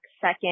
second